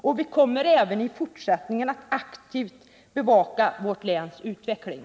Och vi kommer även i fortsättningen att aktivt bevaka vårt läns utveckling.